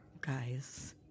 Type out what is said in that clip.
Guys